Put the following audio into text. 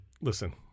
listen